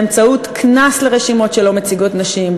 באמצעות קנס לרשימות שלא מציגות נשים,